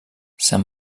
san